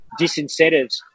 disincentives